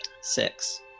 Six